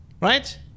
right